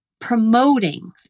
promoting